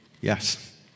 yes